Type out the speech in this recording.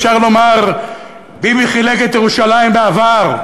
אפשר לומר "ביבי חילק את ירושלים" בעבר.